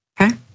okay